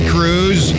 Cruz